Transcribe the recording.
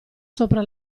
sopra